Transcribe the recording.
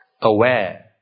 Aware